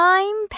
Time